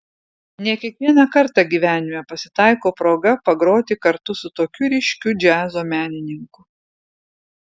ne kiekvieną kartą gyvenime pasitaiko proga pagroti kartu su tokiu ryškiu džiazo menininku